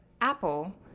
Apple